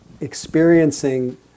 experiencing